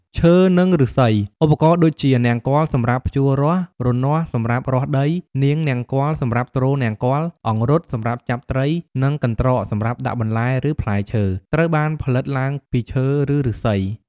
ឈើ និងឫស្សី ឧបករណ៍ដូចជា នង្គ័លសម្រាប់ ភ្ជួររាស់ រនាស់សម្រាប់ រាស់ដី នង្គ័ល សម្រាប់ទ្រនង្គ័ល អង្រុត សម្រាប់ចាប់ត្រី និង កន្ត្រក សម្រាប់ដាក់បន្លែឬផ្លែឈើ ត្រូវបានផលិតឡើងពីឈើ ឬឫស្សី។